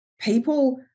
people